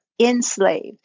enslaved